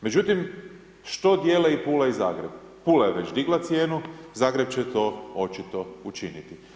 Međutim, što dijele i Pula i Zagreb, Pula je već digla cijenu, Zagreb će to očito učiniti.